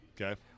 Okay